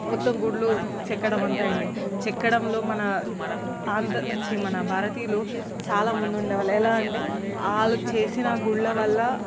మొత్తం గుడులు చెక్కడం అంతా అయ్యింది చెక్కడంలో మన ఆంధ్ర ఛీ మన భారతీయులు చాలా మందు ఉండేవాళ్ళు ఎలా అంటే వాళ్ళు చేసిన గుళ్ళ వల్ల